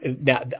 now